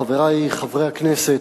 חברי חברי הכנסת,